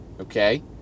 okay